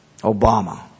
Obama